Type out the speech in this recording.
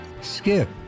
skip